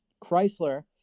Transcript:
Chrysler